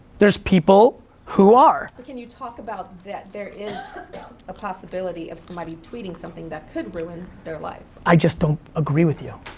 there's people who are. but can you talk about, that there is a possibility of somebody tweeting something that could ruin their life. i just don't agree with you.